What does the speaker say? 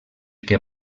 que